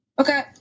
Okay